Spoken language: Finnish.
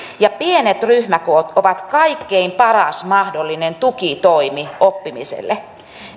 ja pienet ryhmäkoot ovat kaikkein paras mahdollinen tukitoimi oppimiselle